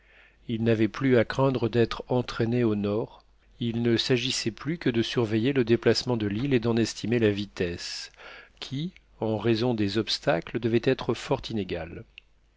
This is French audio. ils n'avaient plus à craindre d'être entraînés au nord il ne s'agissait plus que de surveiller le déplacement de l'île et d'en estimer la vitesse qui en raison des obstacles devait être fort inégale